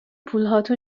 پولهاتو